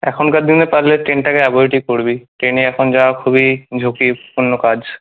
এখনকার দিনে পারলে ট্রেনটাকে অ্যাভয়েডই করবি ট্রেনে এখন যাওয়া খুবই ঝুঁকিপূর্ণ কাজ